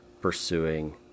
pursuing